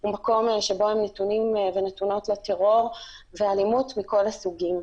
הוא מקום שבו נתונים ונתונות לטרור ואלימות מכל הסוגים.